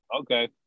okay